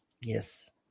yes